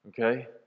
Okay